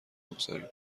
بگذاریم